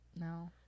no